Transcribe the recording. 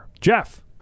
Jeff